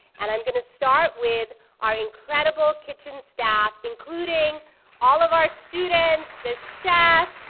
and i'm gonna start with our incredible kitchen staff including all of our students, the chef,